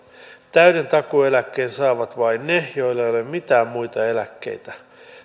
täyden takuueläkkeen saavat vain ne joilla ei ole mitään muita eläkkeitä